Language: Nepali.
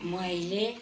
मैले